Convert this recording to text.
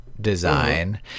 design